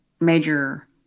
major